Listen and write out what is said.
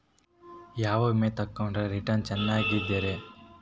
ಯಾವ ವಿಮೆ ತೊಗೊಂಡ್ರ ರಿಟರ್ನ್ ಚೆನ್ನಾಗಿದೆರಿ?